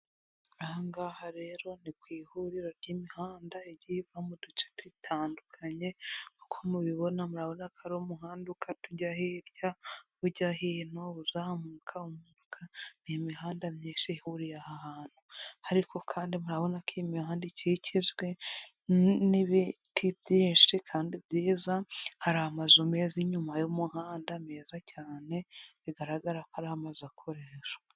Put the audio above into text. Ahangarero nikwihuriro ry'imihanda igiye iva muduce dutandukanye uko mubibona murabona ko arumuhanda ukata ujya hirya ujya hino uzamuka umunuka nimihanda myinshi ihuriye ahahantu ariko Kandi murabonako iyimihanda ikikijwe nibiti byinshi kandi byiza haramazu mezeza unyuma y'umuhanda meza cyane bigaragarako aramazu akoreshwa.